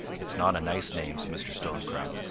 it's not a nice name, said mr. stonecrop.